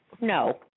No